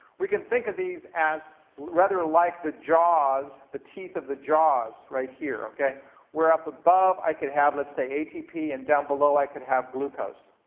we can think of these as rather like the jaws, the teeth of the jaws, right here, where up above i could have, let's say, atp, and down below i could have glucose.